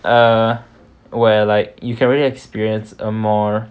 uh where like you can really experience a more